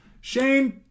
Shane